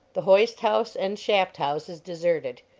the hoist-house and shaft-houses deserted.